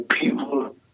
people